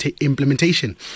implementation